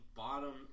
bottom